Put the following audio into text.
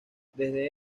desde